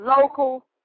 local